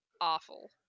awful